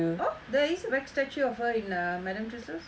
oh there is a wax statue of her in uh madamme tussauds